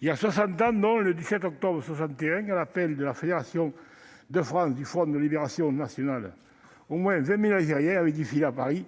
il y a soixante ans, le 17 octobre 1961, à l'appel de la fédération de France du Front de libération nationale, au moins 20 000 Algériens ont défilé à Paris